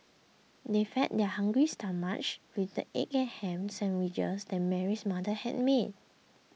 they fed their hungry stomachs with the egg and ham sandwiches that Mary's mother had made